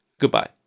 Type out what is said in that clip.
goodbye